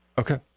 Okay